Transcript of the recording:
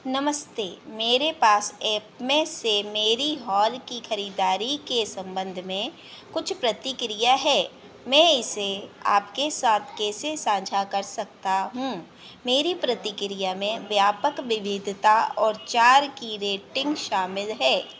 नमस्ते मेरे पास एपमे से मेरी हाल की खरीदारी के सम्बन्ध में कुछ प्रतिक्रिया है मैं इसे आपके साथ कैसे साझा कर सकता हूँ मेरी प्रतिक्रिया में व्यापक विविधता और चार की रेटिन्ग शामिल है